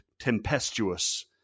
tempestuous